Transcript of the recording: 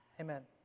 Amen